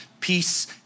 peace